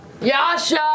Yasha